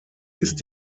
ist